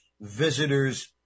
visitors